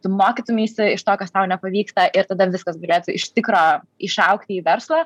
tu mokytumeisi iš to kas tau nepavyksta ir tada viskas galėtų iš tikro išaugti į verslą